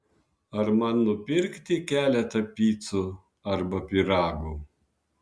ar man nupirkti keletą picų arba pyragų